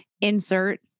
Insert